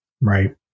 Right